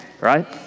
Right